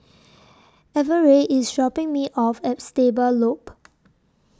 Everette IS dropping Me off At Stable Loop